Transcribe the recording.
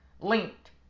Linked